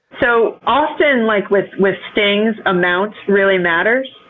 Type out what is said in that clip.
so often like with with stings, amount really matters.